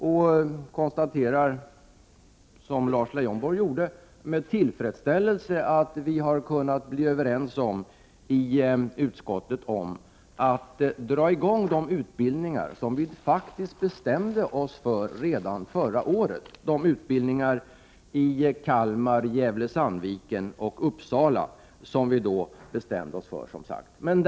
Liksom Lars Leijonborg konstaterar jag med tillfredsställelse att vi i utskottet har kunnat bli överens om att dra i gång de utbildningar i Kalmar, Gävle-Sandviken och Uppsala som vi faktiskt bestämde oss för redan förra året.